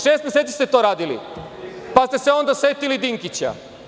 Šest meseci ste to radili, pa ste se onda setili Dinkića.